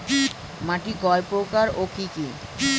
মাটি কয় প্রকার ও কি কি?